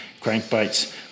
crankbaits